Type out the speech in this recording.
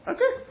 Okay